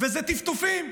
וזה טפטופים,